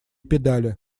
педали